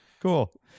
Cool